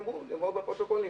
נאמרו בפרוטוקולים,